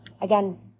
Again